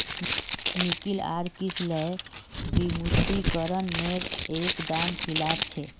निकिल आर किसलय विमुद्रीकरण नेर एक दम खिलाफ छे